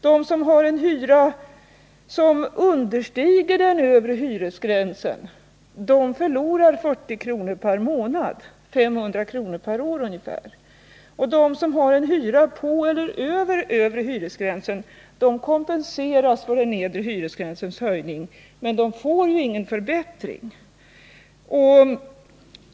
De som har en hyra som understiger den övre hyresgränsen förlorar 40 kr. per månad eller ungefär 500 kr. per år. De som har en hyra som ligger på eller över den övre hyresgränsen kompenseras för höjningen av den nedre hyresgränsen, men de får ingen förbättring.